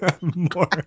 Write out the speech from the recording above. more